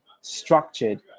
structured